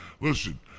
Listen